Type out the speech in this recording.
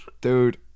Dude